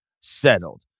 settled